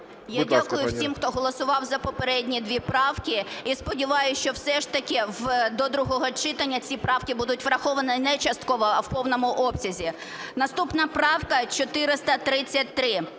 Я дякую всім, хто голосував за попередні дві правки. І сподіваюсь, що все ж таки до другого читання ці правки будуть враховані не частково, а в повному обсязі. Наступна правка 433.